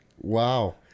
Wow